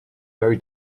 very